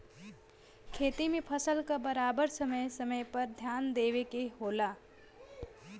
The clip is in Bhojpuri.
खेती में फसल क बराबर समय समय पर ध्यान देवे के होला